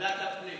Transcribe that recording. ועדת הפנים.